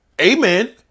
Amen